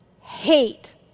hate